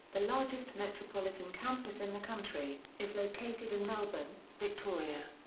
the largest metropolitan campus in the country, is located in melbourne, victoria.